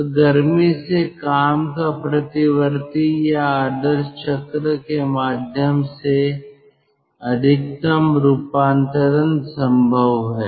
तो गर्मी से काम का प्रतिवर्ती या आदर्श चक्र के माध्यम से अधिकतम रूपांतरण संभव है